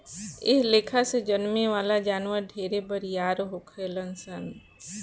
एह लेखा से जन्में वाला जानवर ढेरे बरियार होखेलन सन